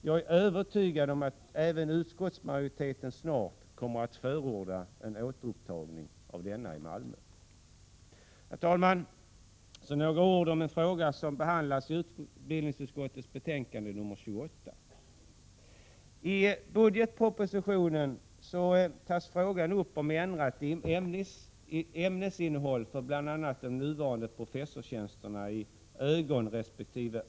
Jag är övertygad om att även utskottsmajoriteten snart kommer att förorda ett återupptagande i Malmö av denna utbildning. Herr talman! Så några ord om en fråga som behandlas i utbildningsutskottets betänkande 28. I budgetpropositionen tas frågan upp om ändrat ämnesinnehåll för bl.a. de nuvarande professorstjänsterna i ögonresp.